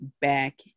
back